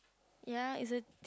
ya is it the